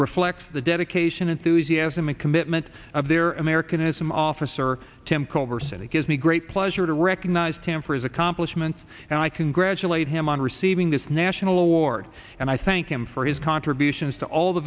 reflects the dedication enthusiasm and commitment of their american isam officer tim culver city gives me great pleasure to recognize him for his accomplishments and i congratulate him on receiving this national award and i thank him for his contributions to all the